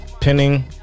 pinning